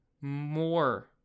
more